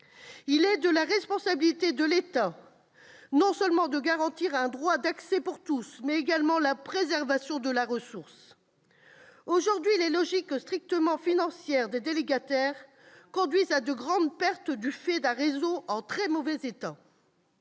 Il est de la responsabilité de l'État de garantir non seulement le droit d'accès à l'eau pour tous, mais également la préservation de la ressource. Or, aujourd'hui, les logiques strictement financières des délégataires conduisent à de grandes pertes du fait d'un réseau en très mauvais état.